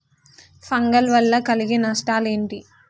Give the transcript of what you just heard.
Fungal వల్ల కలిగే నష్టలేంటి?